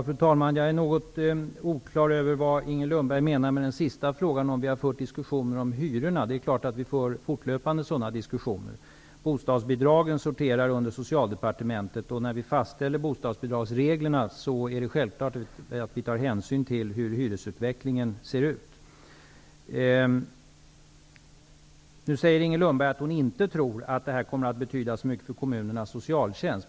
Fru talman! Jag är något oklar över vad Inger Lundberg menade med sin senaste fråga om vi har fört diskussioner om hyrorna. Det är klart att vi fortlöpande för sådana diskussioner. Socialdepartementet. När vi fastställer bostadsbidragsreglerna tar vi självfallet hänsyn till hyresutvecklingen. Inger Lundberg säger att hon inte tror att det här kommer att betyda så mycket för kommunernas socialtjänst.